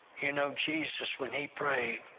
you know, jesus, when he prayed,